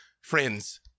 friends